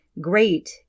Great